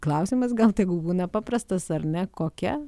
klausimas gal tegul būna paprastas ar ne kokia